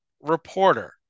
reporter